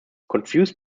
confused